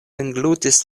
englutis